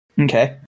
Okay